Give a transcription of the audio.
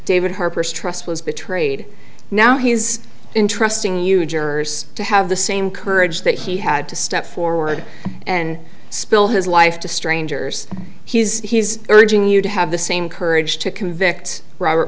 david harper's trust was betrayed now he's in trusting you jurors to have the same courage that he had to step forward and spill his life to strangers he's he's urging you to have the same courage to convict